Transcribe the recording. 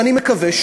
ואני מקווה,